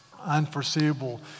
unforeseeable